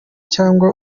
cyangwa